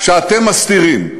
שאתם מסתירים.